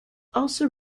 also